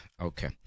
Okay